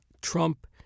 Trump